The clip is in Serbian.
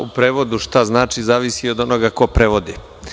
Šta u prevodu šta znači, zavisi i od onoga ko prevodi.